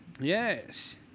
yes